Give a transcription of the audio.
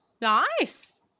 nice